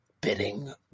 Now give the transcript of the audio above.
bidding